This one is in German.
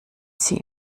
sie